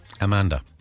Amanda